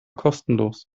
kostenlos